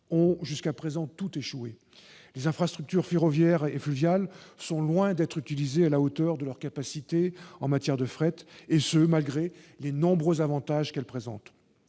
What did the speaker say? ont jusqu'à présent toutes échoué. Les infrastructures ferroviaires et fluviales sont loin d'être utilisées à la hauteur de leurs capacités en matière de fret, et ce malgré les nombreux avantages qu'elles présentent.